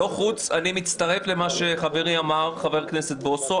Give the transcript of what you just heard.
אני מצטרף למה שאמר חברי חבר הכנסת בוסו,